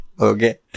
okay